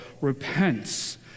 repents